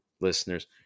listeners